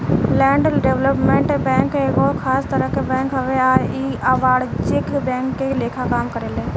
land development bank एगो खास तरह के बैंक हवे आ इ अवाणिज्यिक बैंक के लेखा काम करेला